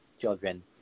children